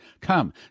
Come